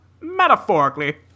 metaphorically